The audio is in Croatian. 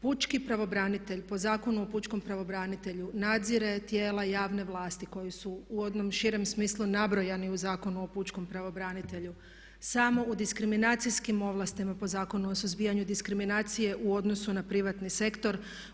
Pučki pravobranitelj po Zakonu o pučkom pravobranitelju, nadzire tijela javne vlasti koje su u onom širem smislu nabrojani u Zakonu o pučkom pravobranitelju, samo u diskriminacijskim ovlastima po Zakonu o suzbijanju diskriminacije u odnosu na privatni sektor.